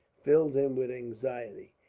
filled him with anxiety.